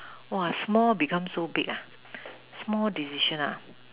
small become so big small decision